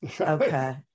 Okay